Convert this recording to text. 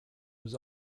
was